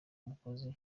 mukozi